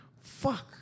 Fuck